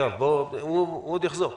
יואב, הוא עוד יחזור.